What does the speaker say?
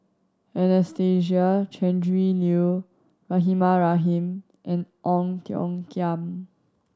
Anastasia Tjendri Liew Rahimah Rahim and Ong Tiong Khiam